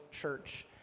church